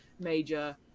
major